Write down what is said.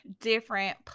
different